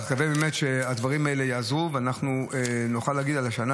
אני מקווה באמת הדברים האלה יעזרו ונוכל להגיע לשנה